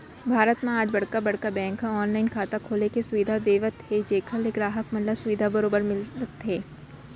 भारत म आज बड़का बड़का बेंक ह ऑनलाइन खाता खोले के सुबिधा देवत हे जेखर ले गराहक मन ल सुबिधा बरोबर मिलत हे